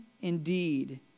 indeed